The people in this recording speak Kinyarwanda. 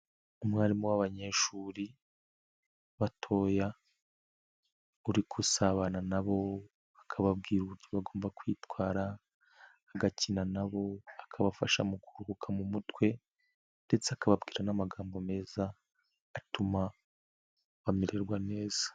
Umwarimu w'abanyeshuri batoya uri gusabana na bo, akababwira uburyo bagomba kwitwara, agakina na bo, akabafasha mu kuruhuka mu mutwe ndetse akababwira n'amagambo meza atuma bamererwa neza.